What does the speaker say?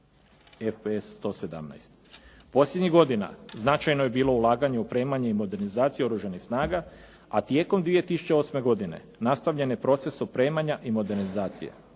FPS 117. Posljednjih godina značajno je bilo ulaganje u opremanje i modernizaciju Oružanih snaga, a tijekom 2008. godine nastavljen je proces opremanja i modernizacije.